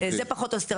זה פחות או יותר הסקירה.